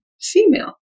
female